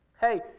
hey